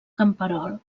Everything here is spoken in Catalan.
camperol